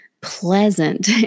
pleasant